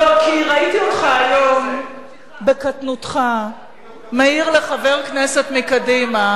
כי ראיתי אותך היום בקטנותך מעיר לחבר כנסת מקדימה